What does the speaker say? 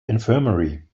infirmary